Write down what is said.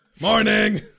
Morning